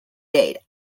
date